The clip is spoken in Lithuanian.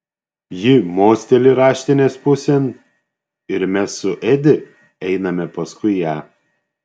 ji mosteli raštinės pusėn ir mes su edi einame paskui ją